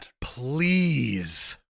please